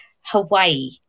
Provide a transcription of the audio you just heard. Hawaii